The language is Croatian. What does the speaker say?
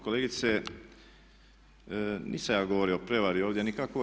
Kolegice nisam ja govorio o prijevari ovdje nikakvoj.